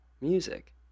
music